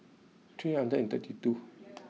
three hundred and thirty two